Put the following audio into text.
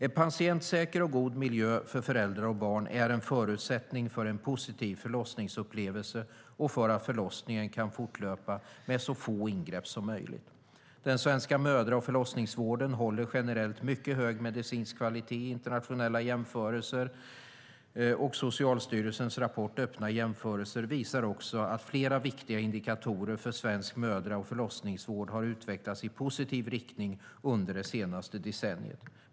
En patientsäker och god miljö för föräldrar och barn är en förutsättning för en positiv förlossningsupplevelse och för att förlossningen kan fortlöpa med så få ingrepp som möjligt. Den svenska mödra och förlossningsvården håller generellt mycket hög medicinsk kvalitet i internationella jämförelser . Socialstyrelsens rapport Öppna jämförelser visar också att flera viktiga indikatorer för svensk mödra och förlossningsvård har utvecklats i positiv riktning under det senaste decenniet.